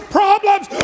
problems